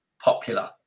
popular